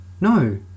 No